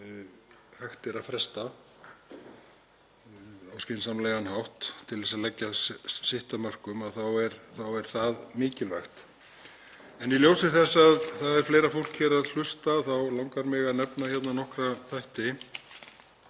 sem hægt er að fresta á skynsamlegan hátt, til að leggja sitt af mörkum, og er það mikilvægt. Í ljósi þess að það er fleira fólk hér að hlusta þá langar mig að nefna nokkra þætti